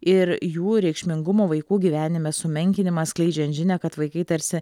ir jų reikšmingumo vaikų gyvenime sumenkinimas skleidžiant žinią kad vaikai tarsi